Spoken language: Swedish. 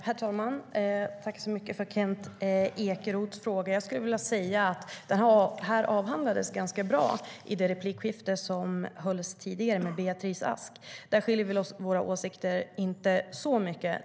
Herr talman! Tack för Kent Ekeroths frågor! Dessa frågor avhandlades bra i det tidigare replikskiftet med Beatrice Ask. Där skiljer sig inte våra åsikter åt så mycket.